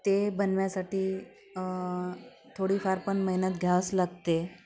ते बनवण्यासाठी थोडीफार पण मेहनत घ्यावीच लागते